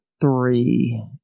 three